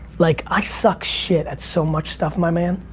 like i suck shit at so much stuff, my man.